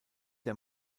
der